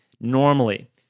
normally